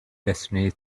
destiny